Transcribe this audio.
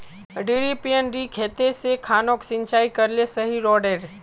डिरिपयंऋ से खेत खानोक सिंचाई करले सही रोडेर?